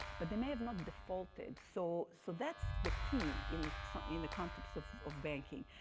but they may have not defaulted. so so that's the key in the in the concepts of of banking.